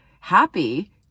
happy